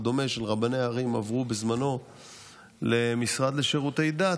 רבני ערים וכדומה עברו בזמנו למשרד לשירותי דת,